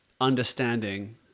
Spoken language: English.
understanding